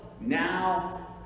now